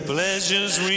Pleasures